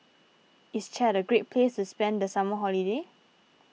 is Chad a great place to spend the summer holiday